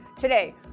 Today